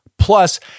Plus